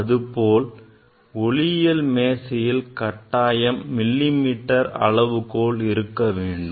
அதுபோல் ஒளியியல் மேசையில் கட்டாயம் மில்லிமீட்டர் அளவுகோல் இருக்க வேண்டும்